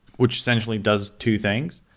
which essentially does two things.